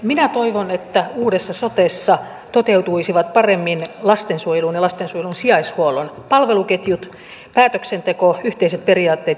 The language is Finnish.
minä toivon että uudessa sotessa toteutuisivat paremmin lastensuojelun ja lastensuojelun sijaishuollon palveluketjut päätöksenteko yhteiset periaatteet ja asiakaslähtöisyys